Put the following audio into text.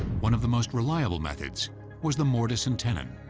one of the most reliable methods was the mortise and tenon.